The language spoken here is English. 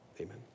amen